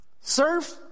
Serve